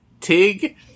Tig